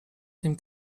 dem